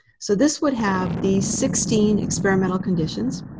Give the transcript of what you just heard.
so this would have these sixteen experimental conditions.